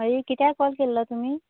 हय कित्याक कॉल केल्लो तुमी